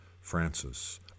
Francis